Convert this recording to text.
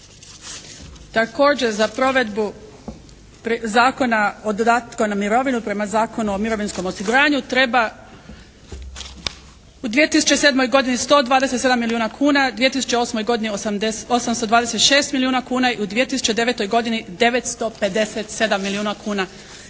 Također, za provedbu Zakona o dodatku na mirovinu prema Zakonu o mirovinskom osiguranju treba u 2007. godini 127 milijuna kuna, 2008. godini 826 milijuna kuna i u 2009. godini 957 milijuna kuna.